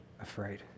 afraid